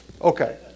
Okay